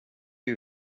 you